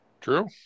True